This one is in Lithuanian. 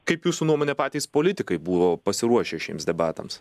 kaip jūsų nuomone patys politikai buvo pasiruošę šiems debatams